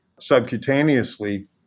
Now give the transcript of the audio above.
subcutaneously